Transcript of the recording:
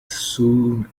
soon